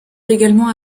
également